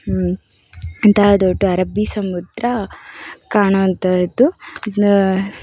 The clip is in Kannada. ಇಂತಹ ದೊಡ್ಡ ಅರಬ್ಬೀ ಸಮುದ್ರ ಕಾಣವಂತಹದ್ದು ಇದು